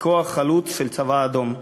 ככוח חלוץ של הצבא האדום.